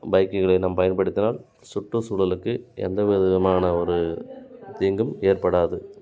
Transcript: பைக்குகளை நாம் பயன்படுத்தினால் சுற்றுசூழலுக்கு எந்த விதமான ஒரு தீங்கும் ஏற்படாது